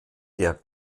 der